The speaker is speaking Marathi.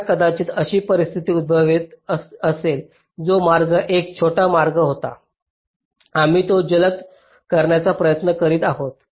आता कदाचित अशी परिस्थिती उद्भवली असेल तो मार्ग 1 छोटा मार्ग होता आम्ही तो जलद करण्याचा प्रयत्न करीत आहोत